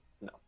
No